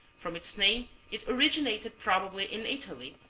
from its name it originated probably in italy,